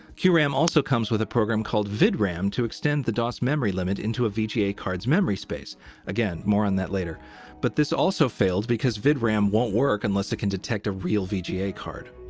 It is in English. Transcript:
qram also comes with a program called vidram to extend the dos memory limit into a vga card's memory space again, more on that later but this also failed because vidram won't work unless it can detect a real vga card.